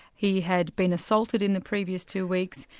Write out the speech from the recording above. he had been assaulted in the previous two weeks,